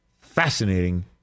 fascinating